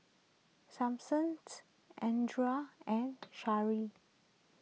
Samson andria and Charle